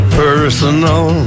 personal